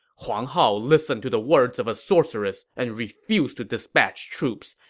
huang hao listened to the words of a sorceress and refused to dispatch troops.